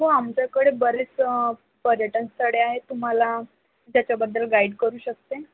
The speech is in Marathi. हो आमच्याकडे बरेच पर्यटनस्थळे आहेत तुम्हाला ज्याच्याबद्दल गाईड करू शकते